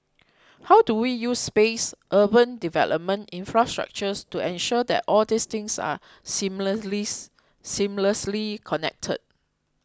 how do we use space urban development infrastructures to ensure that all these things are seamlessly connected